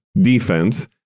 defense